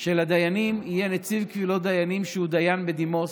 שלדיינים יהיה נציב קבילות דיינים שהוא דיין בדימוס,